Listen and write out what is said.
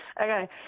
Okay